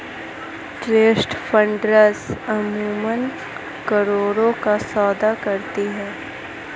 trust funds अमूमन करोड़ों का सौदा करती हैं